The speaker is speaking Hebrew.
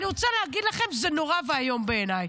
אני רוצה להגיד לכם, זה נורא ואיום בעיניי.